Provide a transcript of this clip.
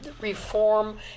Reform